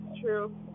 true